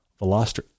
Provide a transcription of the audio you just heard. Veloster